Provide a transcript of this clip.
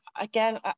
again